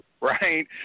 Right